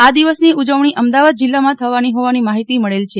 આ દિવસની ઉજવણી અમદાવાદ જીલ્લામાં થવાની હોવાની માહિતી મળેલ છે